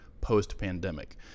post-pandemic